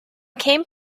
came